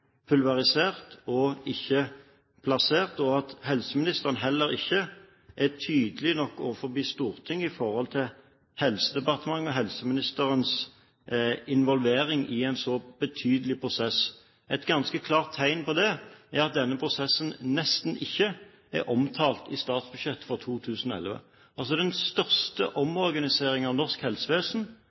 og ikke plassert, og helseministeren er heller ikke tydelig nok overfor Stortinget i forhold til Helsedepartementet og helseministerens involvering i en så betydelig prosess. Et ganske klart tegn på det er at denne prosessen nesten ikke er omtalt i statsbudsjettet for 2011. Altså: Den største omorganiseringen i norsk helsevesen